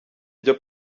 byo